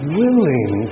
willing